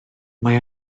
mae